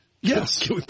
Yes